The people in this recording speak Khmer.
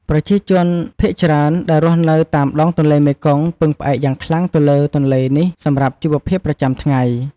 ប្រជាជនភាគច្រើនដែលរស់នៅតាមដងទន្លេមេគង្គពឹងផ្អែកយ៉ាងខ្លាំងទៅលើទន្លេនេះសម្រាប់ជីវភាពប្រចាំថ្ងៃ។